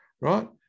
right